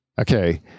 Okay